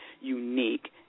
unique